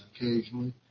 occasionally